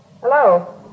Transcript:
Hello